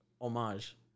homage